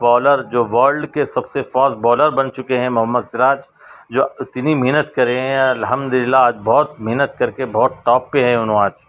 bowler جو world کے سب سے فاسٹ بالر بن چکے ہیں محمّد سراج جو اتنی محنت کرے ہیں الحمدُ للّہ آج بہت محنت کر کے بہت ٹاپ پہ ہے انہو آج